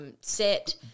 set